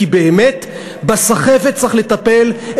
כי באמת בסחבת צריך לטפל,